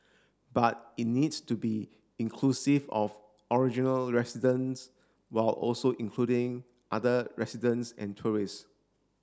but it needs to be inclusive of original residents while also including other residents and tourists